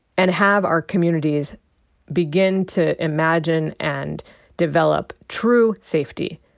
and have our communities begin to imagine and develop true safety,